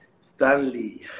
Stanley